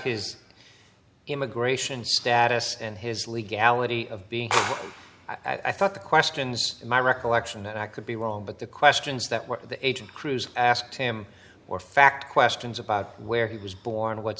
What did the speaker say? his immigration status and his legality of being i thought the questions in my recollection and i could be wrong but the questions that were the agent cruz asked him or fact questions about where he was born what